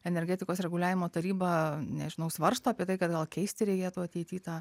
energetikos reguliavimo taryba nežinau svarsto apie tai kad gal keisti reikėtų ateity tą